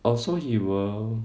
oh so he will